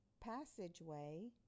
passageway